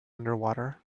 underwater